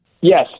Yes